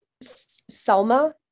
Selma